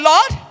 Lord